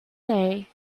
day